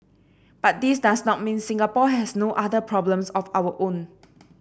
but this does not mean Singapore has no other problems of our own